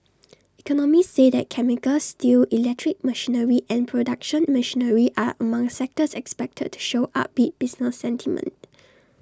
economists say that chemicals steel electric machinery and production machinery are among sectors expected to show upbeat business sentiment